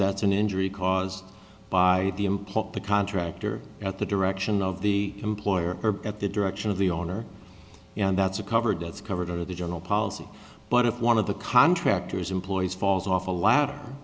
that's an injury caused by the employer or the contractor at the direction of the employer or at the direction of the owner and that's a covered that's covered under the general policy but if one of the contractors employees falls off a ladder